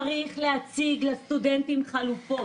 צריך להציג לסטודנטים חלופות,